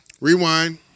Rewind